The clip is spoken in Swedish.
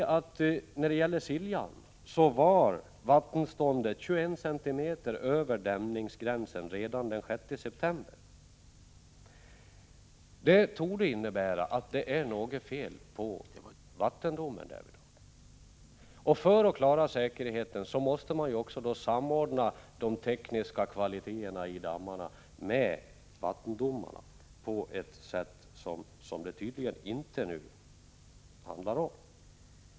Vattenståndet i Siljan var t.ex. 21 cm över dämningsgränsen redan den 6 september. Det torde innebära att det är något fel på vattendomen. För att klara säkerheten måste man också samordna de tekniska kvaliteterna i dammarna med vattendomarna på ett sätt som det tydligen nu inte är fråga om.